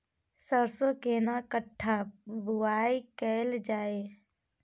सरसो केना कट्ठा बुआई कैल जाय?